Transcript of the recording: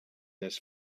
this